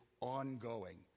ongoing